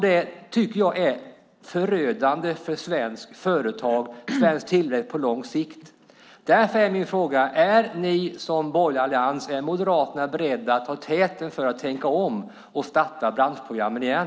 Jag tycker att det är förödande för svenska företag och svensk tillväxt på lång sikt. Därför är min fråga: Är ni som moderater beredda att ta täten i den borgerliga alliansen för att tänka om och starta branschprogrammen igen?